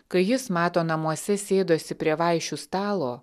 kai jis mato namuose sėdosi prie vaišių stalo